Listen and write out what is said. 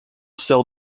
cell